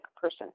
person